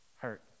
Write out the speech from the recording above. hurt